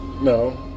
No